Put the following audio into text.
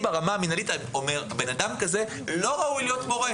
ברמה המנהלית אני אומר שבן אדם כזה לא ראוי להיות מורה.